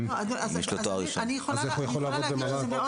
אם יש לו תואר ראשון -- אני יכולה להגיד שזה מאוד